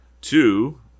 Two